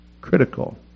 critical